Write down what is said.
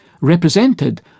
represented